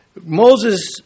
Moses